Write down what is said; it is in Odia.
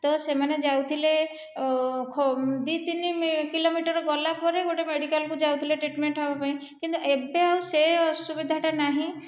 ତ ସେମାନେ ଯାଉଥିଲେ ଦୁଇ ତିନି କିଲୋମିଟର ଗଲାପରେ ଗୋଟିଏ ମେଡିକାଲକୁ ଯାଉଥିଲେ ଟ୍ରିଟ୍ମେଣ୍ଟ ହେବାପାଇଁ ଏବେ ଆଉ ସେ ଅସୁବିଧାଟା ନାହିଁ